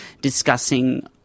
discussing